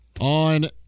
on